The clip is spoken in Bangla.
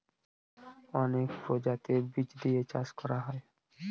অনেক প্রজাতির বীজ দিয়ে চাষ করা হয়